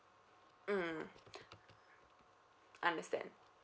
mm understand